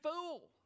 fool